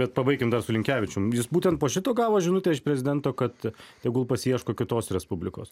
bet pabaikim dar su linkevičium jis būtent po šito gavo žinutę iš prezidento kad tegul pasiieško kitos respublikos